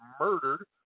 murdered